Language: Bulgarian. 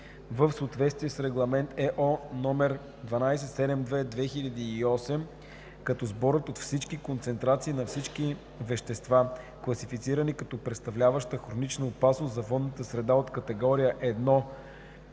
в съответствие с Регламент (ЕО) № 1272/2008, като сборът от всички концентрации на всички вещества, класифицирани като представляващи хронична опасност за водната среда от категория 1